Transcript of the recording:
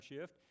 shift